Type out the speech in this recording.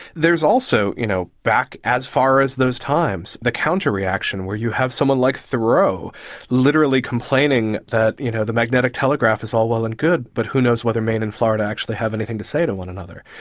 there is also, you know back as far as those times, the counter reaction where you have someone like thoreau literally complaining that you know the magnetic telegraph is all well and good but who knows whether maine and florida actually have anything to say to one another.